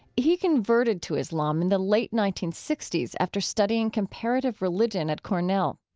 he converted to islam in the late nineteen sixty s after studying comparative religion at cornell.